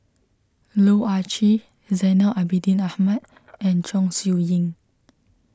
Loh Ah Chee Zainal Abidin Ahmad and Chong Siew Ying